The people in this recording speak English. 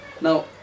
now